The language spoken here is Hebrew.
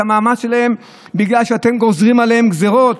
את המאמץ שלהן בגלל שאתם גוזרים עליהן גזרות?